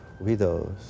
widows